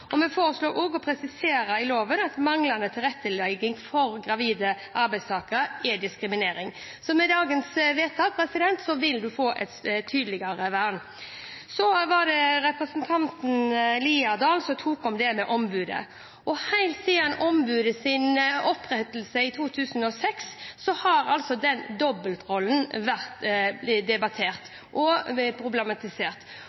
Vi foreslår også å presisere i loven at manglende tilrettelegging for gravide arbeidstakere er diskriminering. Med dagens vedtak vil man få et tydeligere vern. Representanten Haukeland Liadal tok opp det med ombudet. Helt siden ombudets opprettelse i 2006 har dobbeltrollen vært